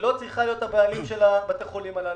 היא לא צריכה להיות הבעלים של בתי החולים הללו.